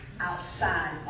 outside